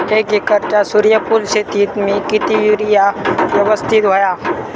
एक एकरच्या सूर्यफुल शेतीत मी किती युरिया यवस्तित व्हयो?